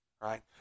Right